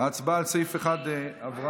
ההצבעה על סעיף 1 עברה.